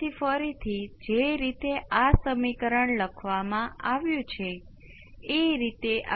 તેથી તમારી પાસે આંકડાકીય